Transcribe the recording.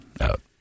out